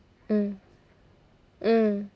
mm mm